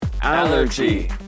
Allergy